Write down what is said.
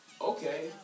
okay